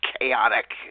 chaotic